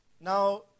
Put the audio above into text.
Now